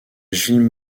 gilles